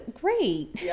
great